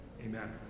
Amen